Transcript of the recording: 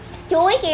story